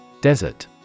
Desert